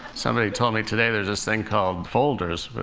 somebody told me today there was this thing called folders,